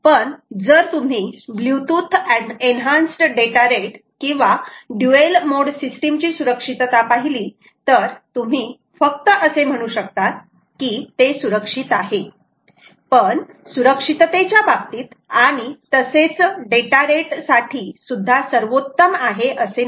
पण जर तुम्ही ब्लूटूथ एन्हान्सड डेटा रेट किंवा ड्युएल मोड सिस्टीम ची सुरक्षितता पाहिली तर तुम्ही फक्त असे म्हणू शकतात की ते सुरक्षित आहे पण सुरक्षिततेच्या बाबतीत आणि तसेच डेटा रेट साठी सुद्धा सर्वोत्तम आहे असे नाही